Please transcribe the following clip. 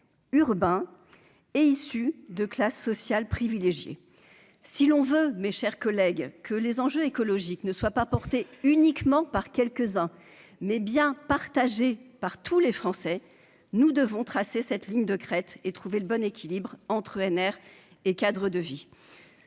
urbains et issus de classes sociales privilégiées, si l'on veut, mes chers collègues, que les enjeux écologiques ne soit pas porter uniquement par quelques-uns, mais bien partagée par tous les Français nous devons tracer cette ligne de crête et trouver le bon équilibre entre ENR et cadre de vie,